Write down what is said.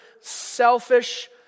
selfish